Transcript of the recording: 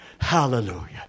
hallelujah